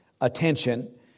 attention